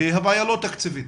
הבעיה אינה תקציבית.